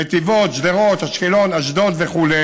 נתיבות, שדרות, אשקלון, אשדוד וכו'.